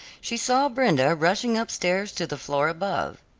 she saw brenda rushing upstairs to the floor above.